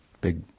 big